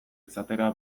izatera